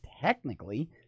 technically